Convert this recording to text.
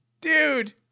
dude